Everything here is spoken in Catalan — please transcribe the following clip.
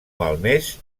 malmès